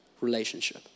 relationship